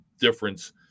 difference